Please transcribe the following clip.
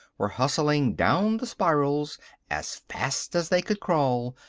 were hustling down the spirals as fast as they could crawl,